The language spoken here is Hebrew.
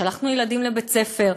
שלחנו ילדים לבית-ספר,